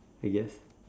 I guess